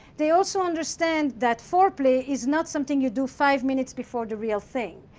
they also understand that foreplay is not something you do five minutes before the real thing.